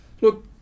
Look